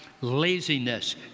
laziness